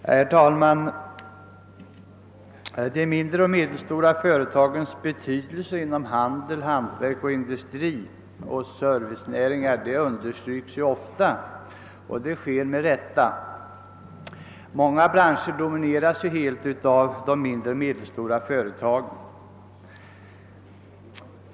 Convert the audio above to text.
Herr talman! De mindre och medelstora företagens betydelse inom handel, hantverk, industri och servicenäringar understryks ofta. Det sker med rätta. Många branscher domineras helt av de mindre och medelstora företagen.